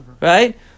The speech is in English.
right